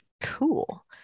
Cool